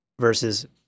Versus